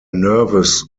nervous